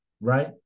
right